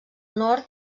nord